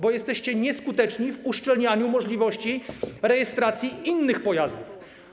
Bo jesteście nieskuteczni w uszczelnianiu możliwości rejestracji innych pojazdów.